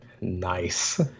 Nice